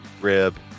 rib